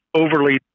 overly